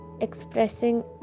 expressing